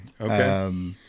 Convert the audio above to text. Okay